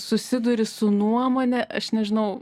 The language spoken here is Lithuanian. susiduri su nuomone aš nežinau